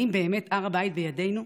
האם באמת הר הבית בידינו?